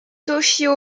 toshio